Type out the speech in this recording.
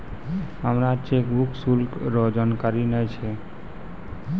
हमरा चेकबुक शुल्क रो जानकारी नै छै